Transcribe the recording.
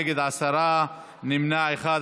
עשרה, נמנע אחד.